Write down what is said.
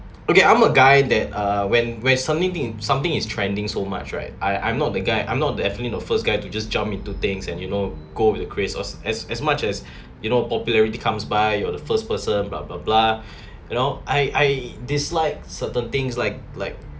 okay I'm a guy that uh when when so many thing something is trending so much right I I'm not the guy I'm not definitely the first guy to just jump into things and you know go with the craze as as as much as you know popularity comes by you're the first person blah blah blah you know I I dislike certain things like like